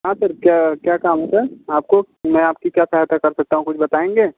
हाँ सर क्या क्या काम है सर आपको मैं आपकी क्या सहायता कर सकता हूँ कुछ बताएंगे